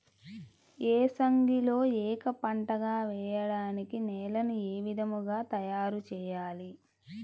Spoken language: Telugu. ఏసంగిలో ఏక పంటగ వెయడానికి నేలను ఏ విధముగా తయారుచేయాలి?